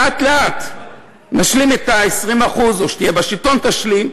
ולאט-לאט נשלים את ה-20%, או כשתהיה בשלטון תשלים,